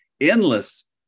endless